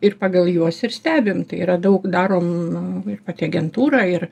ir pagal juos ir stebim tai yra daug darom ir pati agentūra ir